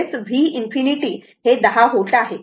तर v ∞ 10 volt आहे